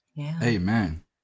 Amen